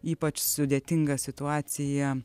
ypač sudėtinga situacija